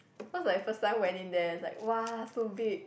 cause my first time went in there is like !wah! so big